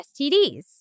STDs